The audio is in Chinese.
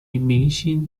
明星